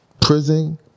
prison